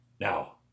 Now